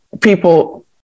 people